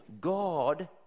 God